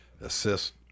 Assist